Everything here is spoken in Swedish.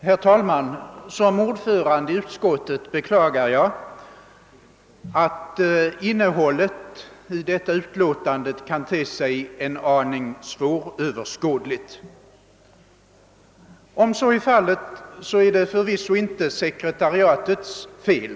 Herr talman! Som ordförande i utskottet beklagar jag att innehållet i detta utlåtande kan te sig en aning svåröverskådligt. Om så är fallet, är det förvisso inte sekretariatets fel.